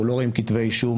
אנחנו לא רואים כתבי אישום,